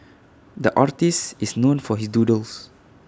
the artist is known for his doodles